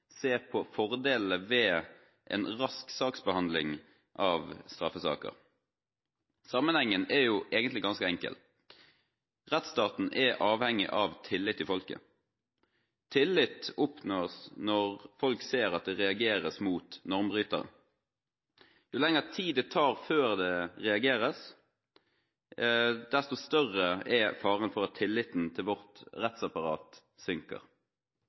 se på fordelene ved en rask saksbehandling av straffesaker. Sammenhengen er egentlig ganske enkel: Rettsstaten er avhengig av tillit i folket. Tillit oppnås når folk ser at det reageres mot normbrytere. Jo lengre tid det tar før det reageres, desto større er faren for at tilliten til vårt rettsapparat synker.